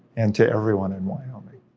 and to everyone in wyoming.